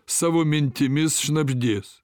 savo mintimis šnabždės